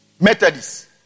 Methodists